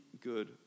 good